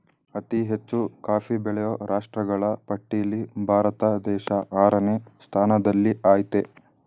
ಅತಿ ಹೆಚ್ಚು ಕಾಫಿ ಬೆಳೆಯೋ ರಾಷ್ಟ್ರಗಳ ಪಟ್ಟಿಲ್ಲಿ ಭಾರತ ದೇಶ ಆರನೇ ಸ್ಥಾನದಲ್ಲಿಆಯ್ತೆ